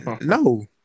no